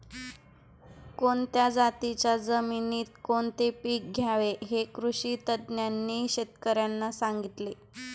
कोणत्या जातीच्या जमिनीत कोणते पीक घ्यावे हे कृषी तज्ज्ञांनी शेतकर्यांना सांगितले